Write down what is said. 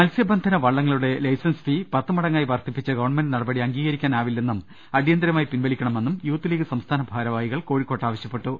മത്സൃബന്ധന വള്ളങ്ങളുടെ licence fee പത്ത് മടങ്ങായി വർദ്ധിപ്പിച്ച ഗവൺമെന്റ് നടപടി അംഗീകരിക്കാനാവില്ലെന്നും അടി യന്തിരമായി പിൻവലിക്കണമെന്നും യൂത്ത് ലീഗ് സംസ്ഥാന ഭാരവാ ഹികൾ കോഴിക്കോട്ട് ആവശ്യപ്പെട്ടു